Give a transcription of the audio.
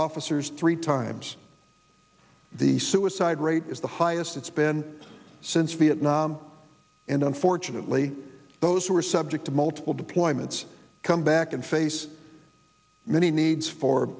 officers three times the suicide rate is the highest it's been since vietnam and unfortunately those who are subject to multiple deployments come back and face many needs for